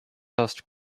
host